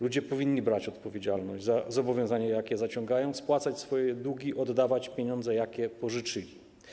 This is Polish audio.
Ludzie powinni brać odpowiedzialność za zobowiązania, jakie zaciągają, spłacać swoje długi, oddawać pieniądze, jakie pożyczyli.